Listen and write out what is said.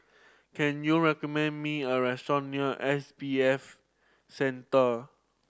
can you recommend me a restaurant near S B F Center